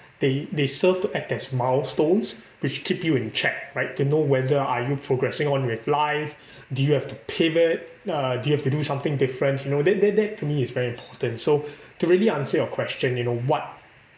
they they serve to act as milestones which keep you in check right to know whether are you progressing on with life do you have to pivot uh do you have to do something different you know that that that to me is very important so to really answer your question you know what